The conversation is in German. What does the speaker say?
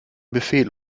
befehl